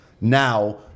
now